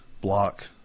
block